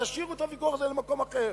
תשאירו את הוויכוח הזה למקום אחר.